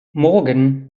morgen